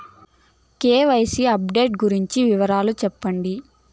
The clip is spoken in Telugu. కె.వై.సి అప్డేట్ గురించి వివరాలు సెప్పండి?